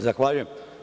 Zahvaljujem.